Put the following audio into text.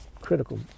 critical